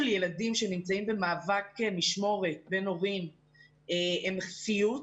ילדים שנמצאים במאבק משמורת בין הורים הם סיוט